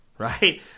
Right